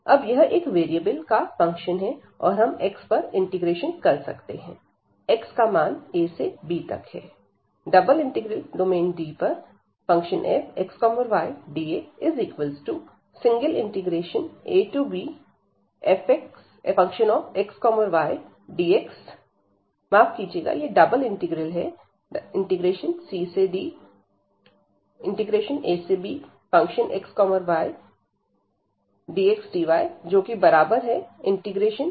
अब यह एक वेरिएबल का फंक्शन है और हम x पर इंटीग्रेशन कर सकते हैं x का मान a से b तक है